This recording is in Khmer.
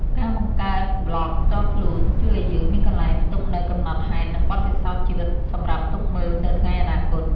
ការបង្កើតប្លក់ផ្ទាល់ខ្លួនជួយឱ្យយើងមានកន្លែងផ្ទុកនូវកំណត់ហេតុ និងបទពិសោធន៍ជីវិតសម្រាប់ទុកមើលទៅថ្ងៃអនាគត។